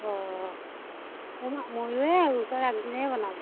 অঁ এই ময়ো এই উৰুকাৰ আগদিনাই বনাম